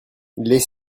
les